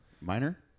Minor